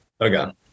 Okay